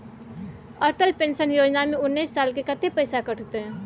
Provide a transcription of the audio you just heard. अटल पेंशन योजना में उनैस साल के कत्ते पैसा कटते?